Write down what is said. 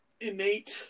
innate